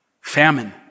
Famine